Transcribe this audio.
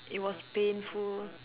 it was painful